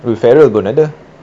will ferrell pun ada